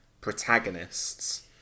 protagonists